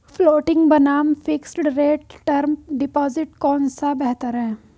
Floating बनाम fixed rate term deposit कौन सा बेहतर है?